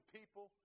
people